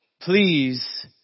please